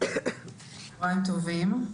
צהרים טובים.